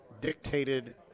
dictated